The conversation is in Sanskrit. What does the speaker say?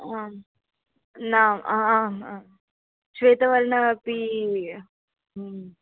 आं न आम् आं श्वेतवर्णः अपि